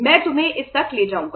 मैं तुम्हें इस तकले जाऊंगा